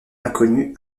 l’inconnu